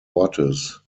ortes